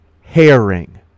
herring